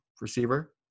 receiver